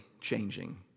changing